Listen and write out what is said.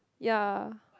yeah